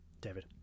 David